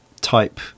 type